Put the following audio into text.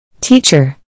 Teacher